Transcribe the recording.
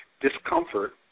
Discomfort